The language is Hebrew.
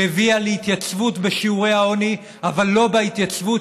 שהביאה להתייצבות בשיעורי העוני אבל לא להתייצבות